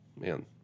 Man